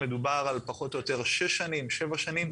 מדובר על פחות או יותר שש שנים, שבע שנים.